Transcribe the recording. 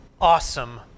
awesome